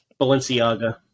Balenciaga